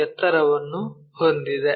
ಎತ್ತರವನ್ನು ಹೊಂದಿದೆ